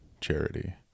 charity